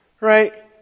right